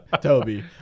Toby